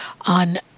on